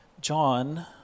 John